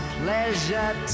pleasure